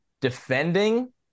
defending